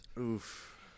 Oof